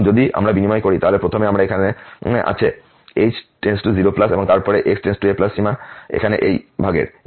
সুতরাং যদি আমরা বিনিময় করি তাহলে প্রথমে আমরা এখানে আছি h → 0 এবং তারপরে x → a সীমা এখানে এই ভাগের